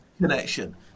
connection